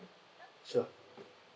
sure